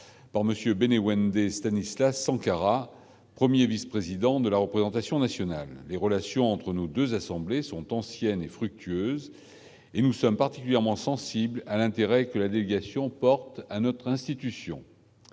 Boehner Wendy Stanislas Sankara 1er vice-président de la représentation nationale les relations entre nos 2 assemblées sont anciennes et fructueuse, et nous sommes particulièrement sensibles à l'intérêt que la déviation porte à notre institution